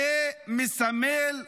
זה מסמל חולשה.